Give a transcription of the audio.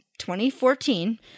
2014